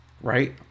right